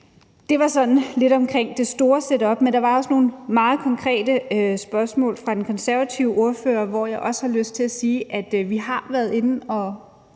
Det var sådan lidt omkring det store setup, men der var også nogle meget konkrete spørgsmål fra den konservative ordfører. Jeg tror ordføreren har forladt